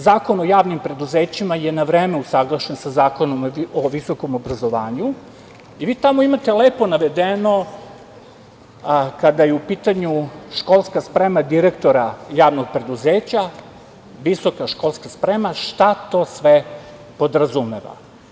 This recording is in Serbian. Zakon o javnim preduzećima je na vreme usaglašen sa Zakonom o visokom obrazovanju i vi tamo imate lepo navedeno kada je u pitanju školska sprema direktora javnog preduzeća visoka školska sprema šta to sve podrazumeva.